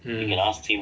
mm